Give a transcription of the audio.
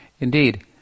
Indeed